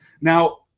now